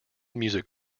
music